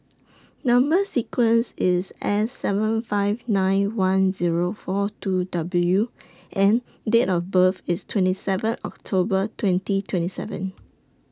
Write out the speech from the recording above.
Number sequence IS S seven five nine one Zero four two W and Date of birth IS twenty seven October twenty twenty seven